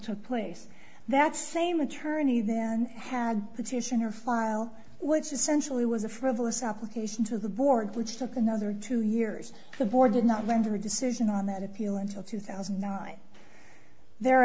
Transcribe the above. took place that same attorney then had petitioner file which essentially was a frivolous application to the board which took another two years the board did not want her decision on that appeal until two thousand and nine there